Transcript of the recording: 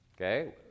Okay